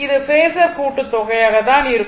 இது பேஸர் கூட்டுத்தொகையாக ஆக இருக்கும்